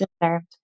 deserved